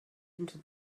into